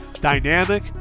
Dynamic